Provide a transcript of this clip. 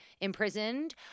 imprisoned